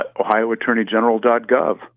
OhioAttorneyGeneral.gov